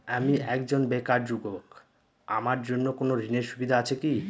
আমি একজন বেকার যুবক আমার জন্য কোন ঋণের সুবিধা আছে কি?